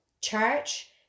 church